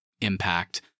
impact